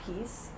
piece